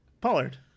Pollard